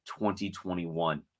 2021